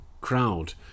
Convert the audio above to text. crowd